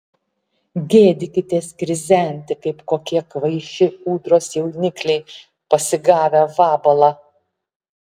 gėdykitės krizenti kaip kokie kvaiši ūdros jaunikliai pasigavę vabalą